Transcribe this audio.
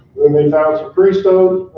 then they found some cristone